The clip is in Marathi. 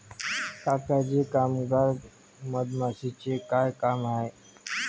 काका जी कामगार मधमाशीचे काय काम आहे